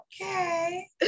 okay